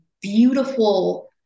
beautiful